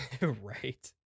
Right